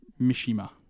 Mishima